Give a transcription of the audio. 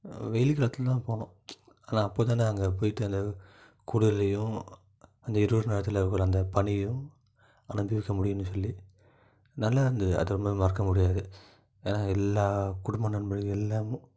வெயில் காலத்தில் தான் போனோம் ஆனால் அப்போ தானே அங்கே போயிட்டு அந்த குளிர்லையும் அந்த இரவு நேரத்தில் இருக்கிற அந்த பனியும் அனுபவிக்க முடியும்னு சொல்லி நல்லாயிருந்தது அது ஒரு மாதிரி மறக்க முடியாது எல்லா குடும்ப நண்பர்கள் எல்லாம்